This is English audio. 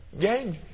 Gang